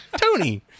Tony